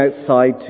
outside